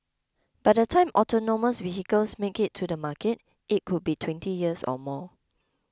by the time autonomous vehicles make it to the market it could be twenty years or more